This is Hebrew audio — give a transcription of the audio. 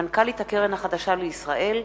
מנכ"לית הקרן החדשה לישראל,